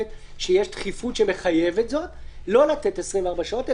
שיש דחיפות שמחייבת זאת לא לתת 24 שעות,